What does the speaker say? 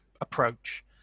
approach